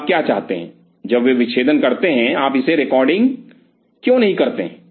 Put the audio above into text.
तो आप क्या चाहते हैं जब वे विच्छेदन करते हैं आप इसे रिकॉर्ड क्यों नहीं करते हैं